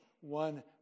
one